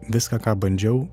viską ką bandžiau